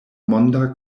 monda